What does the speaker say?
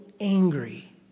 angry